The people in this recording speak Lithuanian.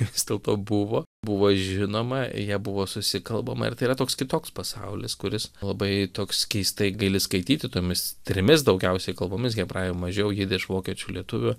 vis dėlto buvo buvo žinoma ja buvo susikalbama ir tai yra toks kitoks pasaulis kuris labai toks keistai gali skaityti tomis trimis daugiausiai kalbomis hebrajų mažiau jidiš vokiečių lietuvių